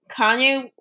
Kanye